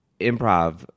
improv